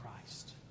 Christ